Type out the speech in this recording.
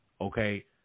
okay